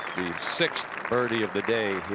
sixth birdie of the day.